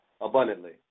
abundantly